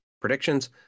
predictions